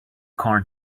corn